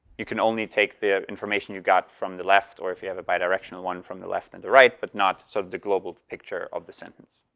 you can only take the information you've got from the left, or, if you have a bi-directional one, from the left and the right, but not sort of the global picture of the sentence.